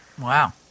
Wow